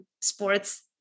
sports